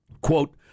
Quote